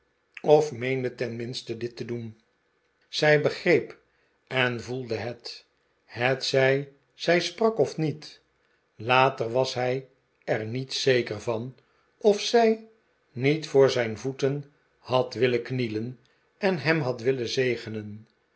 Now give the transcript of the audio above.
of meende tenminste dit te doen zij begreep en voelde het hetzij zij sprak of niet later was hij er niet zeker van of zij niet voor zijn voeten had willen khielen en hem had willen zegenen